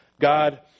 God